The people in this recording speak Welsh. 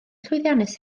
llwyddiannus